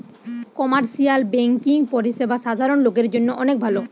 commercial banking পরিষেবা সাধারণ লোকের জন্য অনেক ভালো